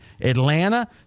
Atlanta